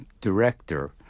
director